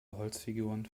holzfiguren